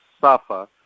SAFA